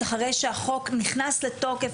אחרי שהחוק נכנס לתוקף,